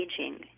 aging